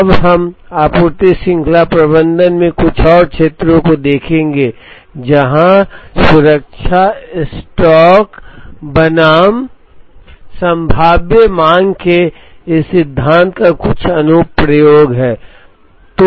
अब हम आपूर्ति श्रृंखला प्रबंधन में कुछ और क्षेत्रों को देखेंगे जहां सुरक्षा स्टॉक बनाम संभाव्य मांग के इस सिद्धांत का कुछ अनुप्रयोग है